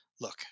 Look